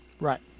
Right